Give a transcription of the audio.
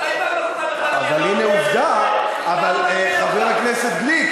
מתי פעם אחרונה התעניינת ברב הראשי לצה"ל?